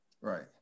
Right